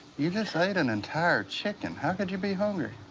you just ate an entire chicken. how could you be hungry?